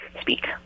speak